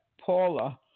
Paula